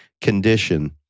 condition